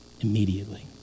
immediately